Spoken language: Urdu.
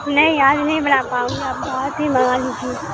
نہیں آج نہیں بنا پاؤں گی آپ باہر سے ہی منگا لیجیے